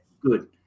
good